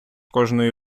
кожної